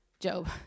Job